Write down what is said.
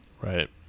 right